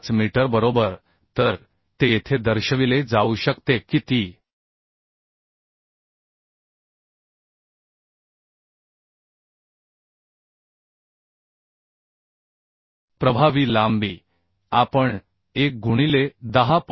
5 metre बरोबर तर ते येथे दर्शविले जाऊ शकते की ती प्रभावी लांबी आपण 1 गुणिले 10